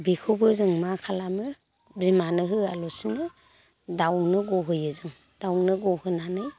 बेखौबो जों मा खालामो बिमानो होआ लासिनो दाउनो ग'होयो जों दाउनो गहोनानै